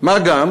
מה גם